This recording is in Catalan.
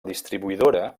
distribuïdora